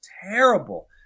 terrible